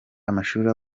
amashuri